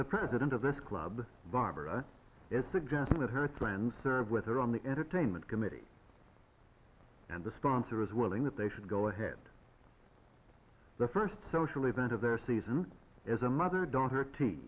the president of this club barbara is suggesting it hurts land served with her on the entertainment committee and the sponsor is willing that they should go ahead the first social event of their season as a mother daughter t